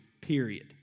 period